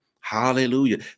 hallelujah